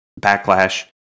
backlash